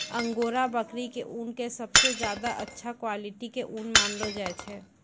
angora बकरी के ऊन कॅ सबसॅ ज्यादा अच्छा क्वालिटी के ऊन मानलो जाय छै